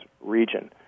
region